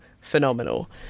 phenomenal